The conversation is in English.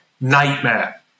nightmare